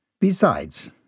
Besides